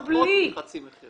פחות מחצי מחיר.